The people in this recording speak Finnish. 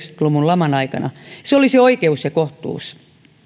luvun laman aikana se olisi oikeus ja kohtuus